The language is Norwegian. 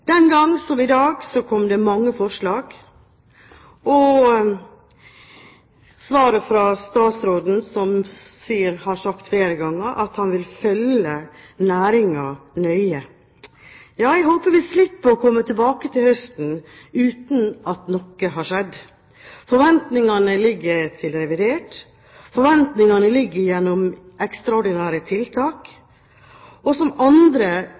Den gang, som i dag, kom det mange forslag, og svaret fra statsråden, som han har sagt flere ganger, var at han vil følge næringen nøye. Jeg håper vi slipper å komme tilbake til høsten uten at noe har skjedd. Forventningene ligger til revidert, forventningene ligger til ekstraordinære tiltak, som andre